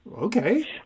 Okay